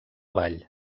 vall